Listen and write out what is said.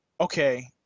Okay